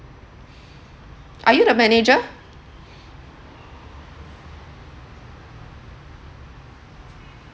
are you the manager